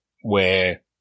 where-